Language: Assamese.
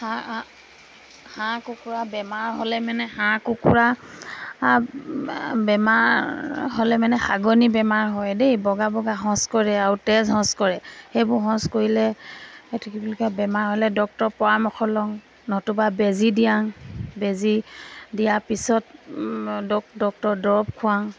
হাঁহ কুকুৰাৰ বেমাৰ হ'লে মানে হাঁহ কুকুৰাৰ বেমাৰ হ'লে মানে হাগনি বেমাৰ হয় দেই বগা বগা শৌচ কৰে আৰু তেজ শৌচ কৰে সেইবোৰ শৌচ কৰিলে বেমাৰ হ'লে ডাক্তৰৰ পৰামৰ্শ লওঁ নতুবা বেজি বেজি দিয়া পিছত ডাক্তৰৰ দৰৱ খোৱাওঁ